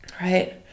right